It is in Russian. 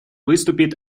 выступит